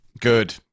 Good